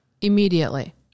Immediately